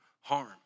harm